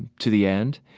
to the end.